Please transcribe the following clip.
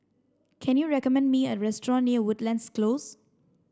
can you recommend me a restaurant near Woodlands Close